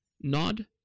nod